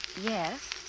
Yes